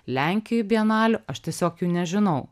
lenkijoj bienalių aš tiesiog jų nežinau